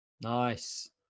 Nice